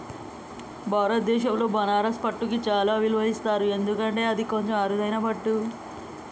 భారతదేశంలో బనారస్ పట్టుకు చాలా విలువ ఇస్తారు ఎందుకంటే అది కొంచెం అరుదైన పట్టు